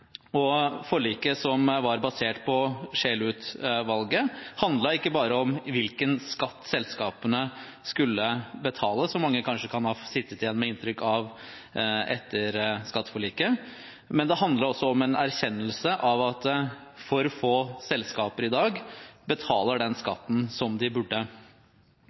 Forliket, som var basert på Scheel-utvalgets innstilling, handlet ikke bare om hvilken skatt selskapene skulle betale, som mange kanskje satt igjen med et inntrykk av etter skatteforliket. Det handlet også om en erkjennelse av at for få selskaper i dag betaler den skatten som de burde